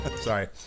Sorry